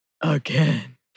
again